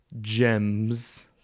gems